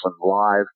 live